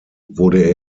wurde